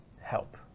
help